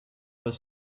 his